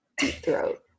Throat